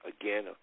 Again